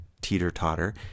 teeter-totter